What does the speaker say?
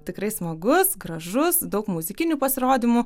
tikrai smagus gražus daug muzikinių pasirodymų